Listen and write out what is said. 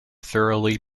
thoroughly